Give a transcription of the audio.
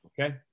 okay